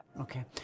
Okay